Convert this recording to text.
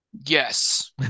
Yes